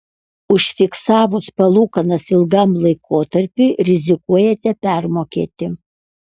užfiksavus palūkanas ilgam laikotarpiui rizikuojate permokėti